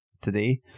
today